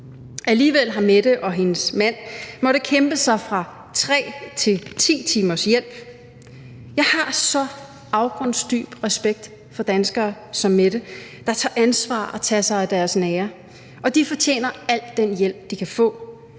Alligevel har Mette og hendes mand måttet kæmpe sig fra 3 til 10 timers hjælp. Jeg har så afgrundsdyb respekt for danskere som Mette, der tager ansvar og tager sig af deres nære, og de fortjener al den hjælp, de kan få.